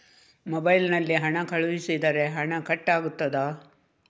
Mobile ನಲ್ಲಿ ಹಣ ಕಳುಹಿಸಿದರೆ ಹಣ ಕಟ್ ಆಗುತ್ತದಾ?